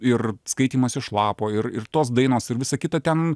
ir skaitymas iš lapo ir ir tos dainos ir visa kita ten